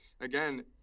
again